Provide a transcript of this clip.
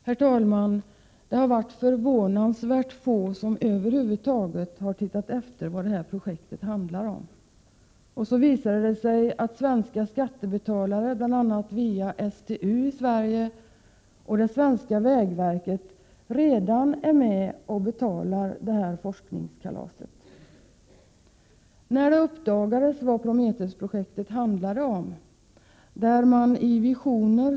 Herr talman! Det är förvånansvärt få som över huvud taget har tittat efter vad projektet handlar om. Så visar det sig att svenska skattebetalare, bl.a. via STU och det svenska vägverket, redan är med och betalar forskningskala set! Man har nu uppdagat vad Prometheus-projektet egentligen handlar om.